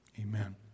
Amen